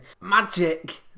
Magic